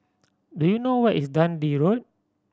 do you know where is Dundee Road